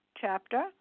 chapter